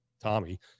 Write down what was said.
Tommy